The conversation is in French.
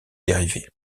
dérivés